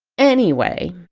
anyway,